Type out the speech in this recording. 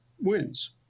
wins